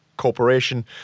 Corporation